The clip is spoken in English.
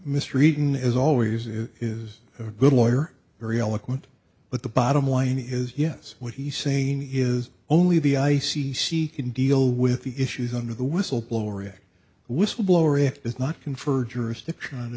misreading the is always is is a good lawyer very eloquent but the bottom line is yes what he's saying is only the i c c can deal with the issues under the whistleblower whistleblower it does not confer jurisdiction